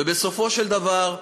ובסופו של דבר,